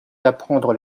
d’apprendre